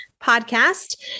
podcast